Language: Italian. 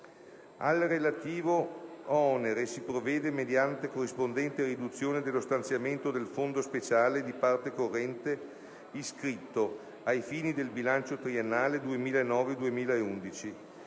«Al relativo onere si provvede mediante corrispondente riduzione dello stanziamento del fondo speciale di parte corrente iscritto, ai fini del bilancio triennale 2009-2011,